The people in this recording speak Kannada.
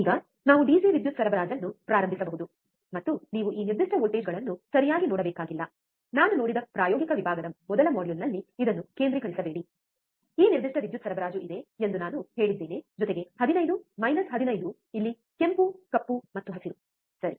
ಈಗ ನಾವು ಡಿಸಿ ವಿದ್ಯುತ್ ಸರಬರಾಜನ್ನು ಪ್ರಾರಂಭಿಸಬಹುದು ಮತ್ತು ನೀವು ಈ ನಿರ್ದಿಷ್ಟ ವೋಲ್ಟೇಜ್ಗಳನ್ನು ಸರಿಯಾಗಿ ನೋಡಬೇಕಾಗಿಲ್ಲ ನಾನು ನೋಡಿದ ಪ್ರಾಯೋಗಿಕ ವಿಭಾಗದ ಮೊದಲ ಮಾಡ್ಯೂಲ್ನಲ್ಲಿ ಇದನ್ನು ಕೇಂದ್ರೀಕರಿಸಬೇಡಿ ಈ ನಿರ್ದಿಷ್ಟ ವಿದ್ಯುತ್ ಸರಬರಾಜು ಇದೆ ಎಂದು ನಾನು ಹೇಳಿದ್ದೇನೆ ಜೊತೆಗೆ 15 ಮೈನಸ್ 15 ಇಲ್ಲಿ ಕೆಂಪು ಕಪ್ಪು ಮತ್ತು ಹಸಿರು ಸರಿ